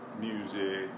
music